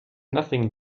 nothing